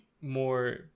more